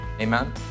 Amen